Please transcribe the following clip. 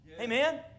Amen